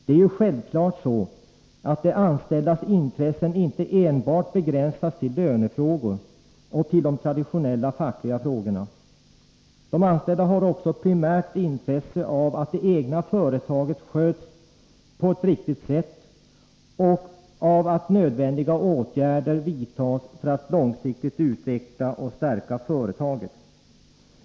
Det är självfallet så, att de anställdas intressen inte enbart begränsas till lönefrågor och till de traditionella fackliga frågorna. De anställda har också ett primärt intresse av att det egna företaget sköts på ett riktigt sätt och av att nödvändiga åtgärder vidtas för att långsiktigt utveckla och stärka företaget.